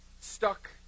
stuck